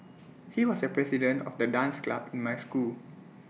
he was the president of the dance club in my school